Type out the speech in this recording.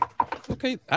Okay